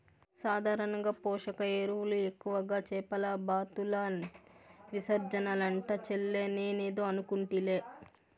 సాధారణంగా పోషక ఎరువులు ఎక్కువగా చేపల బాతుల విసర్జనలంట చెల్లే నేనేదో అనుకుంటిలే